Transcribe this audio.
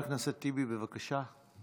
חבר הכנסת טיבי, בבקשה.